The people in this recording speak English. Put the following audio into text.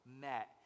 met